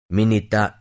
Minita